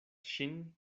ŝin